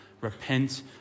repent